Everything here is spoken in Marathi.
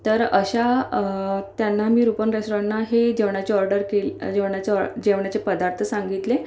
तर अशा त्यांना मी रूपम् रेस्टॉरंटना हे जेवणाची ऑर्डर केल जेवणाची ऑ जेवणाचे पदार्थ सांगितले